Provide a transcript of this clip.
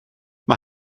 mae